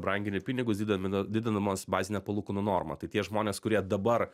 brangini pinigus didimina didinamos bazinė palūkanų norma tai tie žmonės kurie dabar